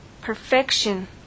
perfection